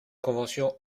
convention